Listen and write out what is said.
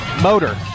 motor